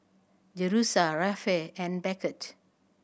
Jerusha Rafe and Beckett